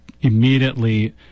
immediately